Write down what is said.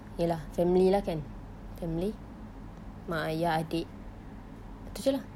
ya lah family lah kan family mak ayah adik itu saja lah